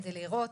כדי לראות,